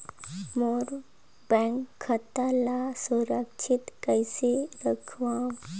मोर bank खाता ला सुरक्षित कइसे रखव?